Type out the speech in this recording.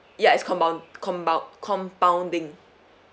yes it's compound~ compound~ compounding